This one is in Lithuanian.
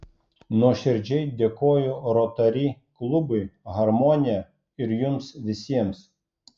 nuoširdžiai dėkoju rotary klubui harmonija ir jums visiems